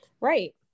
Right